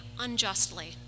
unjustly